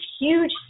huge